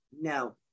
no